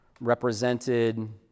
represented